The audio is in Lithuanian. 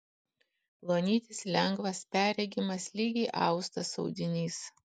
plonytis lengvas perregimas lygiai austas audinys